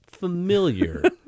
familiar